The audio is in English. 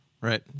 Right